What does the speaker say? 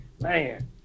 man